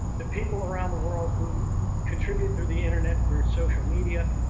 the people around the world who contribute through the internet, through social media,